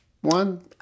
one